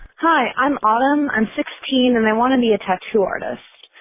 hi. i'm autumn. i'm sixteen and i want to be a tattoo artist,